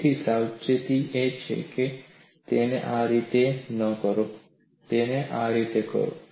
તેથી સાવચેતી એ છે કે તેને આ રીતે ન કરો તેને આ રીતે કરો